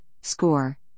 score